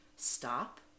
Stop